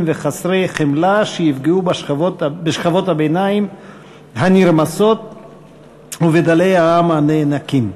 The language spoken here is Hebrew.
וחסרי חמלה שיפגעו בשכבות הביניים הנרמסות ובדלי העם הנאנקים.